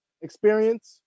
experience